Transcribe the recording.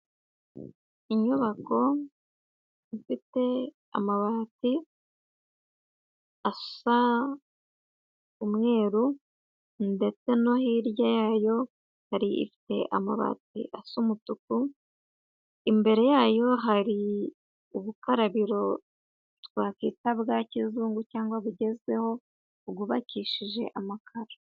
Inyubako ifite amabati asa umweru ndetse no hirya yayo hari ifite amabati asa umutuku, imbere yayo hari ubukarabiro twakita bwa kizungu cyangwa bugezweho bwubakishije amakara.